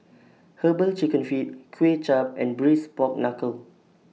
Herbal Chicken Feet Kuay Chap and Braised Pork Knuckle